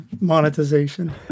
monetization